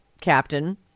captain